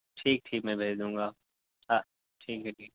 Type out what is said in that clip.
ٹھیک ٹھیک میں بھیج دوں گا ٹھیک ہے ٹھیک